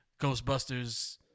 Ghostbusters